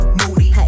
moody